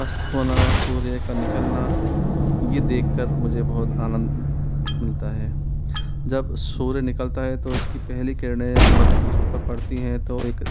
अस्त होना सूर्य का निकलना यह देखकर मुझे बहुत आनंद मिलता है जब सूर्य निकलता है तो उसकी पहली किरणें बर्फ़ों के ऊपर पड़ती हैं तो एक